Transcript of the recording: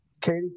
Katie